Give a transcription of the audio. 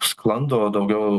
sklando daugiau